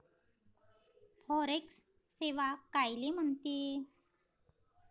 Forex सेवा कायले म्हनते?